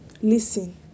Listen